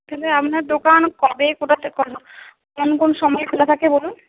তাহলে আপনার দোকান কবে কোথা কোন কোন সময়ে খোলা থাকে বলুন